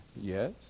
yes